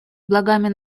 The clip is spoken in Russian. благами